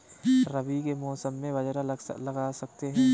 रवि के मौसम में बाजरा लगा सकते हैं?